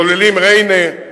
סוללים ריינה,